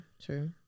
True